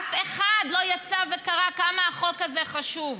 אף אחד לא יצא וקרא כמה החוק הזה חשוב.